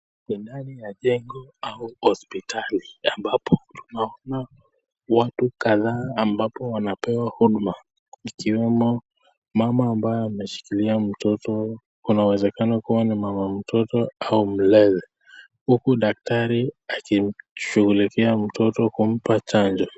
Ni ndani ya jengo au hosipitali ambapo tunaona watu kadhaa ambapo wanapewa huduma, ikiwemo mama ambaye ameshikilia mtoto. Kuna uwezekano kua ni mama mtoto au mlezi, huku daktari akimshughulikia mtoto kumpa chanjo.